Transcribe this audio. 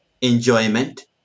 enjoyment